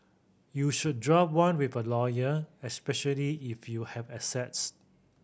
you should draft one with a lawyer especially if you have assets